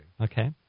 Okay